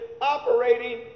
operating